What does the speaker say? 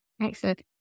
Excellent